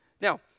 Now